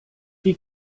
wie